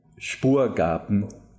Spurgaben